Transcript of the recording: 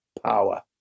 power